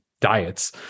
diets